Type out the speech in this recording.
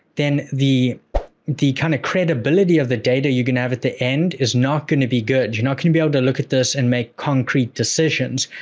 then the the kind of credibility of the data you're going to have at the end is not going to be good. you're not going to be able to look at this and make concrete decisions,